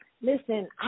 listen